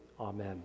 Amen